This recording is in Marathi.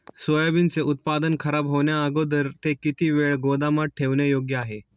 सोयाबीनचे उत्पादन खराब होण्याअगोदर ते किती वेळ गोदामात ठेवणे योग्य आहे?